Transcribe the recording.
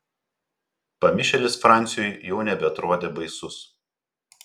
pamišėlis franciui jau nebeatrodė baisus